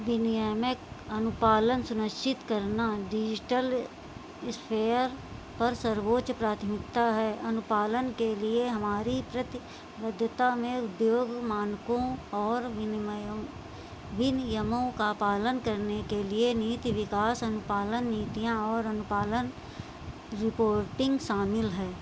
विनियामक अनुपालन सुनिश्चित करना डिजिटल इस्पेयर पर सर्वोच्च प्राथमिकता है अनुपालन के लिए हमारे प्रति बद्धता में उद्योग मानकों और विनिमय विनियमों का पालन करने के लिए नीति विकास अनुपालन नीतियाँ और अनुपालन रिपोर्टिंग शामिल है